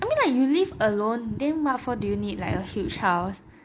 I mean like you live alone then what for do you need like a huge house